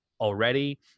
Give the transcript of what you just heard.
Already